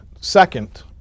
second